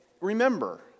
remember